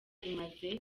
imaze